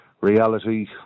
reality